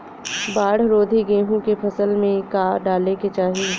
बाढ़ रोधी गेहूँ के फसल में का डाले के चाही?